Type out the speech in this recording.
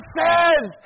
says